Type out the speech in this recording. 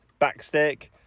backstick